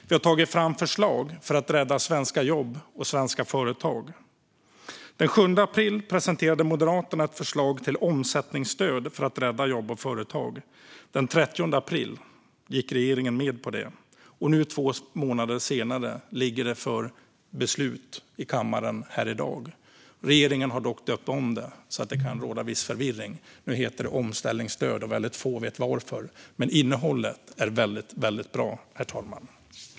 Vi har tagit fram förslag för att rädda svenska jobb och svenska företag. Den 7 april presenterade Moderaterna ett förslag till omsättningsstöd för att rädda jobb och företag. Den 30 april gick regeringen med på det. Nu två månader senare ligger det för beslut i kammaren här i dag. Regeringen har dock döpt om det, och det kan därför råda viss förvirring. Nu heter det omställningsstöd, och väldigt få vet varför. Men innehållet är mycket bra, herr talman.